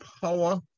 power